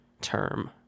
term